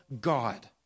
God